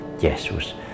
Jesus